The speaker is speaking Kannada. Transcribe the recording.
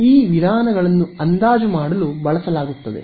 ಈ ವಿಧಾನಗಳನ್ನು ಅಂದಾಜು ಮಾಡಲು ಬಳಸಲಾಗುತ್ತದೆ